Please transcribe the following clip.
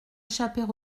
échapper